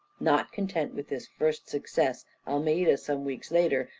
not content with this first success, almeida, some weeks later,